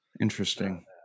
Interesting